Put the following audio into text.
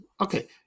okay